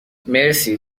مرسی